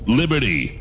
liberty